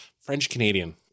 French-Canadian